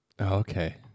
Okay